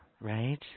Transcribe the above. right